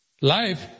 Life